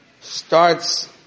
starts